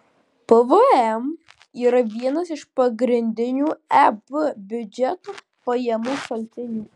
pvm yra vienas iš pagrindinių eb biudžeto pajamų šaltinių